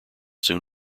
soon